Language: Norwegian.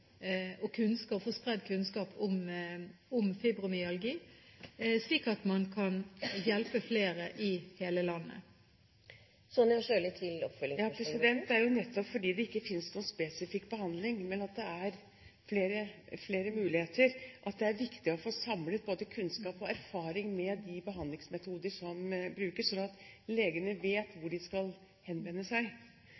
spredd kunnskap om fibromyalgi, slik at man kan hjelpe flere i hele landet. Det er jo nettopp fordi det ikke finnes noen spesifikk behandling, men at det er flere muligheter, at det er viktig å få samlet både kunnskap og erfaring med de behandlingsmetoder som brukes, slik at legene vet